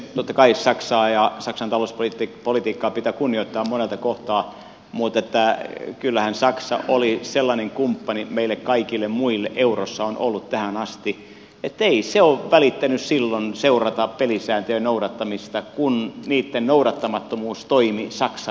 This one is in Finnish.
totta kai saksaa ja saksan talouspolitiikkaa pitää kunnioittaa monelta kohtaa mutta kyllähän saksa eurossa on ollut tähän asti sellainen kumppani meille kaikille muille eurassa on ollut tähän asti ettei se ole välittänyt seurata pelisääntöjen noudattamista silloin kun niitten noudattamattomuus on toiminut saksan hyväksi